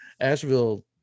Asheville